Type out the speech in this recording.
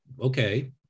okay